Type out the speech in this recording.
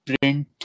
print